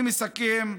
אני מסכם: